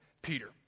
Peter